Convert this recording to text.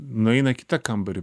nueina į kitą kambarį